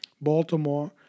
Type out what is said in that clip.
Baltimore